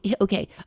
Okay